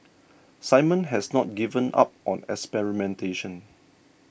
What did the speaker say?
Simon has not given up on experimentation